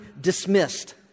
dismissed